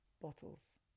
bottles